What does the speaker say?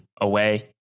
away